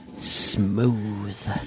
Smooth